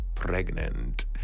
Pregnant